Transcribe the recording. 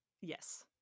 Yes